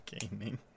Gaming